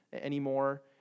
anymore